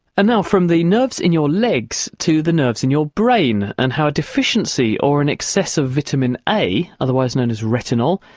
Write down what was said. and now from the nerves in your legs to the nerves in your brain and how a deficiency or an excess of vitamin a, otherwise known as retinol,